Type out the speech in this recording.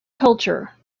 culture